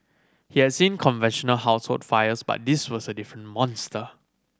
he had seen conventional household fires but this was a different monster